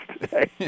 today